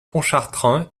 pontchartrain